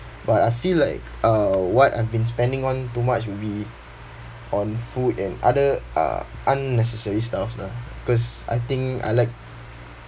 but I feel like uh what I've been spending on too much would be on food and other uh unnecessary stuffs lah cause I think I like